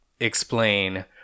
explain